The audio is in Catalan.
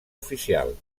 oficial